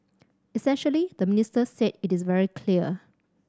essentially the minister said it is very clear